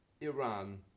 Iran